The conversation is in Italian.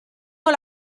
con